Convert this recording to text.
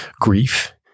grief